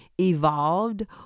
evolved